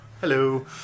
hello